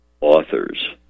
authors